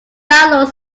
download